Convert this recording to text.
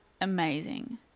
amazing